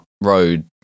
road